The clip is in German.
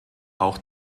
auch